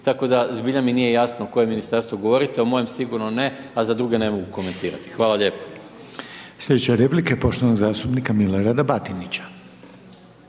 tako da zbilja mi nije jasno o kojem ministarstvu govorite, o mojem sigurno ne, a za druge ne mogu komentirati. Hvala lijepo. **Reiner, Željko (HDZ)** Sljedeća replika je poštovanog zastupnika Milorada Batinić.